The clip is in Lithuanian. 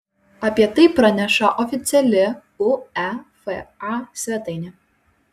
apie tai praneša oficiali uefa svetainė